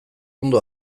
ondo